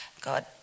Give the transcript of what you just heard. God